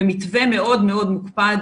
במתווה מאוד מאוד מוקפד,